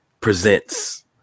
presents